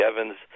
Evans